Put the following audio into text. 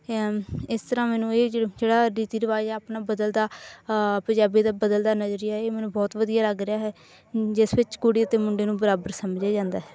ਇਸ ਤਰ੍ਹਾਂ ਮੈਨੂੰ ਇਹ ਜਿ ਜਿਹੜਾ ਰੀਤੀ ਰਿਵਾਜ਼ ਆਪਣਾ ਬਦਲਦਾ ਪੰਜਾਬੀ ਦਾ ਬਦਲਦਾ ਨਜ਼ਰੀਆ ਇਹ ਮੈਨੂੰ ਬਹੁਤ ਵਧੀਆ ਲੱਗ ਰਿਹਾ ਹੈ ਜਿਸ ਵਿੱਚ ਕੁੜੀ ਅਤੇ ਮੁੰਡੇ ਨੂੰ ਬਰਾਬਰ ਸਮਝਿਆ ਜਾਂਦਾ ਹੈ